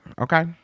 Okay